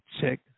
check